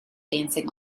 dancing